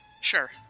Sure